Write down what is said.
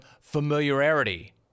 familiarity